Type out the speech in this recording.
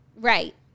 right